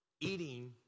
eating